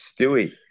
Stewie